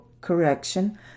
correction